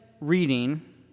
reading